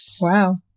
wow